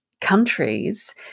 countries